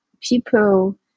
people